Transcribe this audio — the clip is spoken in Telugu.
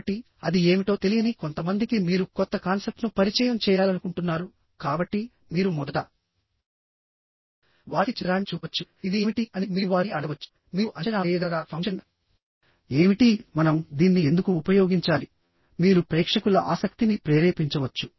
కాబట్టిఅది ఏమిటో తెలియని కొంతమందికి మీరు కొత్త కాన్సెప్ట్ను పరిచయం చేయాలనుకుంటున్నారు కాబట్టి మీరు మొదట వారికి చిత్రాన్ని చూపవచ్చుఇది ఏమిటి అని మీరు వారిని అడగవచ్చు మీరు అంచనా వేయగలరాఫంక్షన్ ఏమిటిమనం దీన్ని ఎందుకు ఉపయోగించాలి మీరు ప్రేక్షకుల ఆసక్తిని ప్రేరేపించవచ్చు